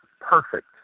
perfect